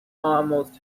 almost